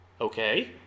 okay